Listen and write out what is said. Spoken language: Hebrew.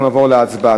אנחנו נעבור להצבעה.